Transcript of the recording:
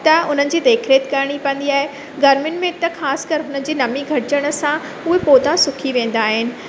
त उन्हनि जी देख रेख करिणी पवंदी आहे गर्मियुनि में त ख़ासि करे उन जी नमी घटिजण सां उहे पौधा सुकी वेंदा आहिनि